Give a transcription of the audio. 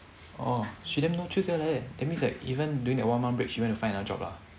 oh she damn no chill sia like that leh that means that even during that one month break she went to find another job ah